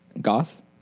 goth